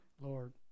Lord